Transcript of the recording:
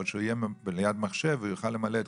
אבל שהוא יהיה ליד מחשב ויוכל למלא את